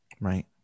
Right